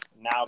now